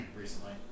recently